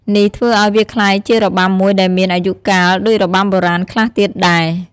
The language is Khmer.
នេះធ្វើឱ្យវាក្លាយជារបាំមួយដែលមានអាយុកាលដូចរបាំបុរាណខ្លះទៀតដែល។